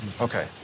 Okay